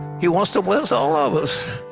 he wants to bless all of us.